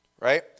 right